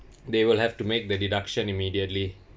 they will have to make the deduction immediately